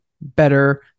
better